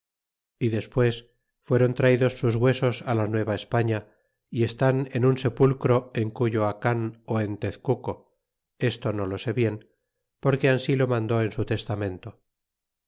y despue s fueron traídos sus huesos la nueva españa y están en un sepulcro en cuyoacan ó en tezcuco esto no lo sé bien porque ansi lo mandó en su testamento